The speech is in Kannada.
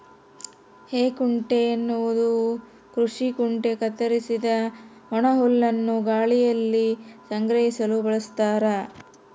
ಹೇಕುಂಟೆ ಎನ್ನುವುದು ಕೃಷಿ ಕುಂಟೆ ಕತ್ತರಿಸಿದ ಒಣಹುಲ್ಲನ್ನು ಗಾಳಿಯಲ್ಲಿ ಸಂಗ್ರಹಿಸಲು ಬಳಸ್ತಾರ